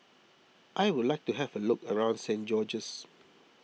I would like to have a look around Saint George's